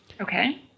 Okay